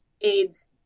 AIDS